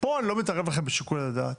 פה אני לא מתערב לכם בשיקול הדעת,